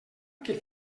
que